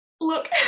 Look